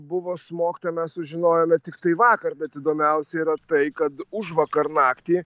buvo smogta mes sužinojome tiktai vakar bet įdomiausia yra tai kad užvakar naktį